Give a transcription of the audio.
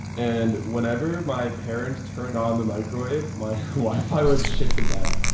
and whenever my parents turned on the microwave, my life, i would shit, the bed.